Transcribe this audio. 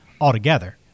altogether